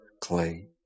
clay